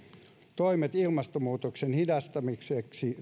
toimet ilmastonmuutoksen hidastamiseksi